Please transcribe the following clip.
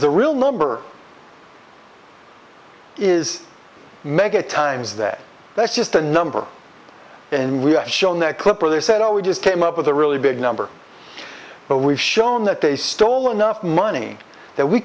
the real number is mega times that that's just a number and we have shown that clip where they said oh we just came up with a really big number but we've shown that they stole enough money that we